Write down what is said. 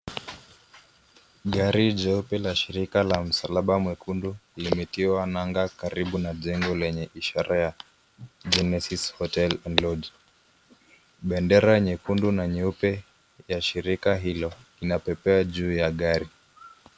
Gari jeupe la shirika la Msalaba Mwekundu limetiwa nanga karibu na jengo lenye ishara ya Genesis Hotel and Lodge. Bendera nyekundu na nyeupe ya shirika hilo inapepea juu ya gari.